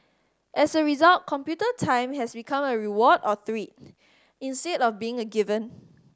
as a result computer time has become a reward or treat instead of being a given